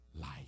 life